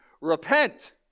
Repent